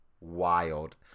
wild